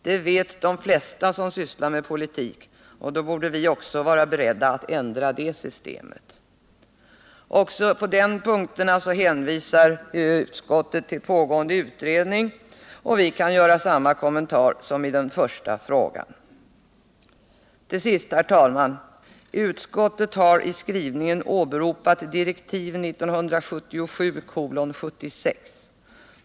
Det vet de flesta som sysslar med politik, och då borde vi vara beredda att ändra systemet. Också på denna punkt hänvisar utskottet till pågående utredning, och vi kan göra samma kommentarer som när det gäller den första frågan. Till sist, herr talman! Utskottet har i sin skrivning åberopat ”Dir. 1977:76”.